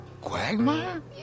Quagmire